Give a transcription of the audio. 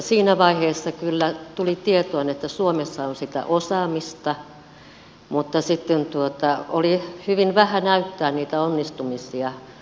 siinä vaiheessa kyllä tuli tietoon että suomessa on sitä osaamista mutta sitten oli hyvin vähän näyttää niitä onnistumisia